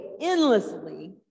endlessly